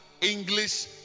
English